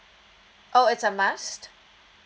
oh it's a must